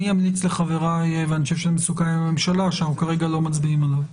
אני אמליץ לחבריי ואני חושב שזה סוכם עם הממשלה שאנחנו כרגע לא מגבילים.